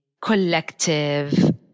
collective